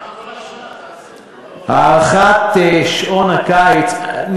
הארכת שעון הקיץ, אפשר שכל השנה תעשה את זה.